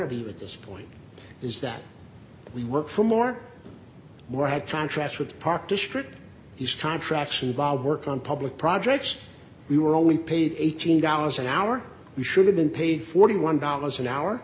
you at this point is that we work for more more had contracts with the park district these contracts involve work on public projects we were always paid eighteen dollars an hour we should have been paid forty one dollars an hour